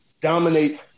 Dominate